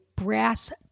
Brass